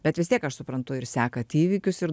bet vis tiek aš suprantu ir sekat įvykius ir